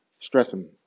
stressing